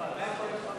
סעיף 3, כהצעת